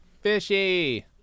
Fishy